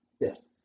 Yes